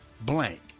blank